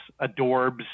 Adorbs